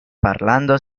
parlando